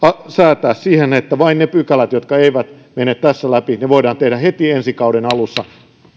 säätää siihen että vain ne pykälät jotka eivät mene tässä läpi voidaan tehdä heti ensi kauden alussa